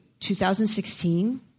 2016